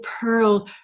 pearl